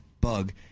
bug